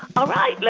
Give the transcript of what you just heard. all right.